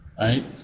right